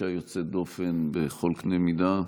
אישה יוצאת דופן בכל קנה מידה.